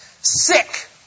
sick